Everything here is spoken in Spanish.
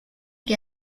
que